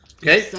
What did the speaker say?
Okay